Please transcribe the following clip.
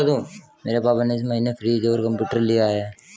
मेरे पापा ने इस महीने फ्रीज और कंप्यूटर लिया है